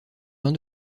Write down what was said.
vin